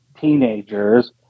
teenagers